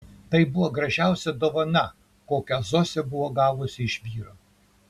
tai buvo gražiausia dovana kokią zosė buvo gavusi iš vyro